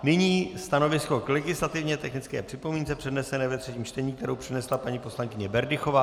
Nyní stanovisko k legislativně technické připomínce přednesené ve třetím čtení, kterou přednesla paní poslankyně Berdychová.